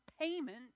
payment